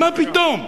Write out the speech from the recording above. מה פתאום.